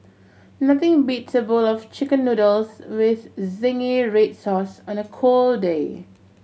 nothing beats a bowl of Chicken Noodles with zingy red sauce on a cold day